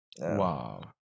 Wow